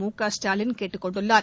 முகஸ்டாலின் கேட்டுக் கொண்டுள்ளார்